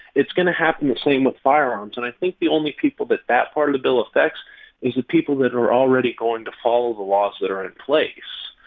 it's going to happen the same with firearms. and i think the only people with but that part of the bill effect is the people that are already going to follow the laws that are in place